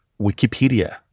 Wikipedia